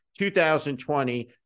2020